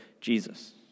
Jesus